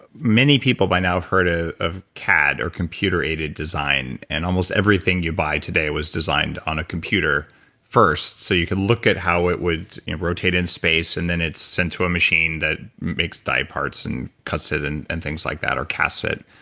many people by now have heard ah of cad or computer aided design and almost everything you buy today was designed on a computer first so you can look at how it would rotate in space and then it's sent to a machine that makes die parts and cuts it and and things like that or cast it.